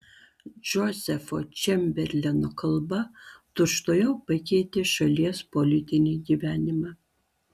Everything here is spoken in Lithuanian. džozefo čemberleno kalba tučtuojau pakeitė šalies politinį gyvenimą